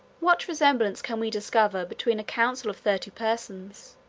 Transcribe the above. what resemblance can we discover between a council of thirty persons,